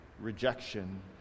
rejection